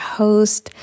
host